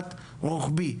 במבט רוחבי.